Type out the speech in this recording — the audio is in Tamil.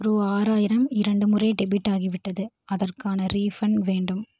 ரூ ஆறாயிரம் இரண்டு முறை டெபிட் ஆகிவிட்டது அதற்கான ரீஃபண்ட் வேண்டும்